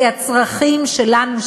כי הצרכים שלנו,